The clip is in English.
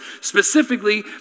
specifically